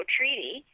Treaty